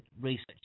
research